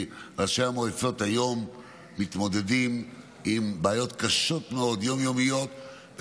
כי ראשי מועצות היום מתמודדים עם בעיות יום-יומיות קשות מאוד,